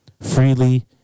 freely